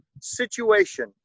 situation